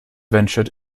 ventured